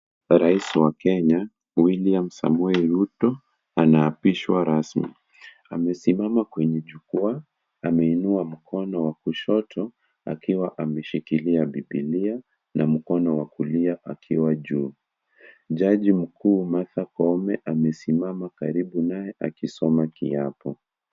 Rais wa Kenya, Wiliam Samoei Ruto anaapishwa rasmi. Amesimama kwenye jukua. Ameinua mkono wa kushoto akiwa ameshikilia bibilia na mkono wa kulia ukiwa juu. Jaji mkuu, Martha Koome amesimama karibu naye akisoma kiapo.